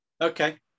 Okay